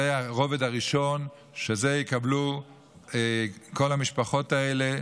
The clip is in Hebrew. זה הרובד הראשון, שאותו יקבלו כל המשפחות האלה,